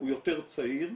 הוא יותר צעיר,